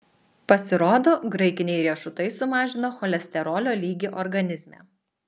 pasirodo graikiniai riešutai sumažina cholesterolio lygį organizme